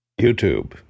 YouTube